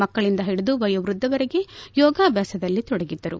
ಮಕ್ಕಳಿಂದ ಹಿಡಿದು ವಯೋವೃದ್ಧರವರೆಗೆ ಯೋಗಾಭ್ಯಾಸದಲ್ಲಿ ತೊಡಗಿದ್ದರು